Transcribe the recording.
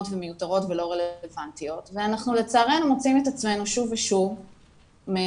ומיותרות ולא רלבנטיות ואנחנו לצערנו מוצאים את עצמנו שוב ושוב מייצגים